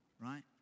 Right